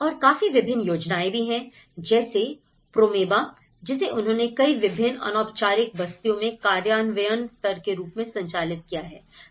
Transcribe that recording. और काफी विभिन्न योजनाएं भी हैं जैसे प्रोमेबा जिसे उन्होंने कई विभिन्न अनौपचारिक बस्तियों में कार्यान्वयन स्तर के रूप में संचालित किया है